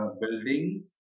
buildings